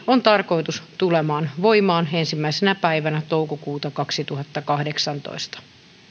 on tarkoitus tulla voimaan ensimmäisenä päivänä toukokuuta kaksituhattakahdeksantoista